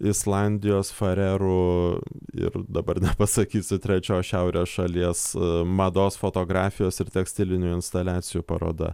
islandijos farerų ir dabar nepasakysiu trečios šiaurės šalies mados fotografijos ir tekstilinių instaliacijų paroda